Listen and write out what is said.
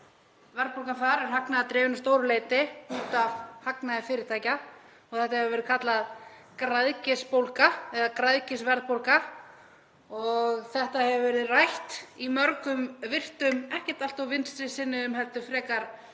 verðbólgan þar er hagnaðardrifin að stóru leyti út af hagnaði fyrirtækja. Þetta hefur verið kallað græðgisbólga eða græðgisverðbólga og þetta hefur verið rætt í mörgum virtum, ekkert allt of vinstri sinnuðum heldur frekar hægri